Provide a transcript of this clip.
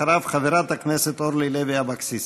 אחריו, חברת הכנסת אורלי לוי אבקסיס.